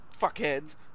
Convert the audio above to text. fuckheads